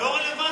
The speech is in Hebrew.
עיסאווי.